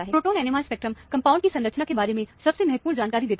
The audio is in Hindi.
प्रोटोन NMR स्पेक्ट्रम कंपाउंड की संरचना के बारे में सबसे महत्वपूर्ण जानकारी देता है